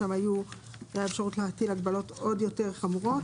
שם הייתה אפשרות להטיל הגבלות עוד יותר חמורות,